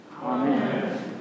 Amen